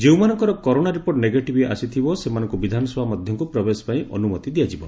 ଯେଉଁମାନଙ୍କର corona report negative ଆସିଥିବ ସେମାନଙ୍କୁ ବିଧାନସଭା ମଧ୍ଧକୁ ପ୍ରବେଶ ପାଇଁ ଅନୁମତି ଦିଆଯିବ